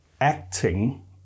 acting